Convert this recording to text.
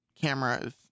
cameras